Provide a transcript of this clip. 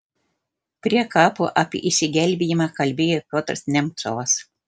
prie kapo apie išsigelbėjimą kalbėjo piotras nemcovas